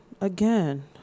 again